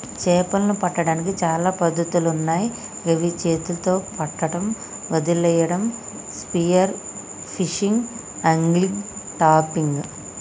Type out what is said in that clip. చేపలను పట్టడానికి చాలా పద్ధతులున్నాయ్ గవి చేతితొ పట్టడం, వలేయడం, స్పియర్ ఫిషింగ్, ఆంగ్లిగ్, ట్రాపింగ్